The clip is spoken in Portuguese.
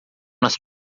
nas